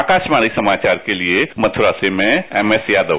आकाशवाणी समाचार के लिए मथुरा से मैं एम एस यादव